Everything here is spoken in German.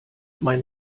mein